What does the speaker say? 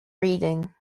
reading